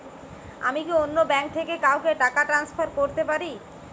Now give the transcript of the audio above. আমি কি অন্য ব্যাঙ্ক থেকে কাউকে টাকা ট্রান্সফার করতে পারি?